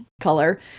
color